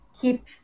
keep